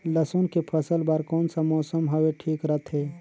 लसुन के फसल बार कोन सा मौसम हवे ठीक रथे?